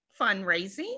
fundraising